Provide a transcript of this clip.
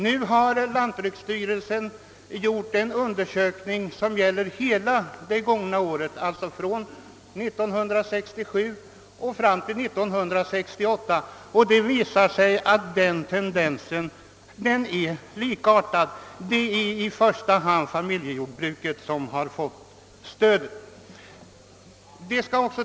Nu har lantbruksstyrelsen gjort en ny undersökning som gäller hela året 1967, och av denna framgår att tendensen från det första halvåret består; det är i första hand familjejordbruk som fått stöd.